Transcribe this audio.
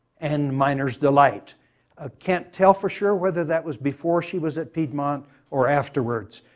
and miner's delight can't tell for sure whether that was before she was at piedmont or afterwards.